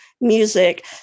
music